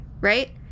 right